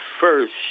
first